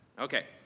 Okay